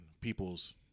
people's